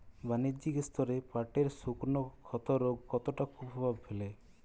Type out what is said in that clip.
বাণিজ্যিক স্তরে পাটের শুকনো ক্ষতরোগ কতটা কুপ্রভাব ফেলে?